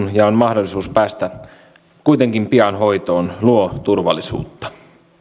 mahdollisuus päästä kuitenkin pian hoitoon luo turvallisuutta